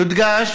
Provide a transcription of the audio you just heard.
יודגש